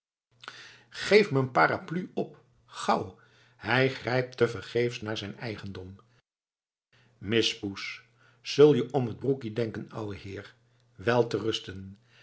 geef m'n parapluie op gauw hij grijpt tevergeefs naar zijn eigendom mis poes zul je om t broekie denken